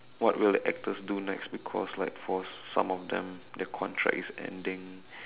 what will the actors do next because like for some of them their contract is ending